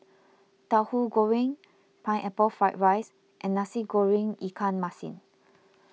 Tauhu Goreng Pineapple Fried Rice and Nasi Goreng Ikan Masin